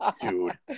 Dude